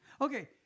Okay